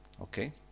Okay